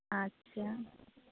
আচ্ছা